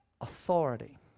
authority